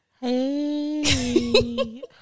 Hey